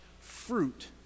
fruit